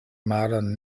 maron